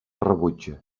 rebutja